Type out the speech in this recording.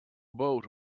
boat